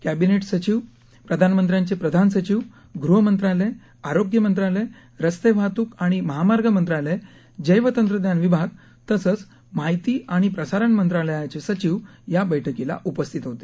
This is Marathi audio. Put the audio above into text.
कॅबिनेट सचिव प्रधानमंत्र्यांचे प्रधान सचिव गृहमंत्रालय आरोग्य मंत्रालय रस्ते वाहतूक आणि महामार्ग मंत्रालय जैवतंत्रज्ञान विभाग तसंच माहिती आणि प्रसारण मंत्रालयाचे सचिव या बैठकीला उपस्थित होते